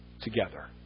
together